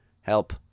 Help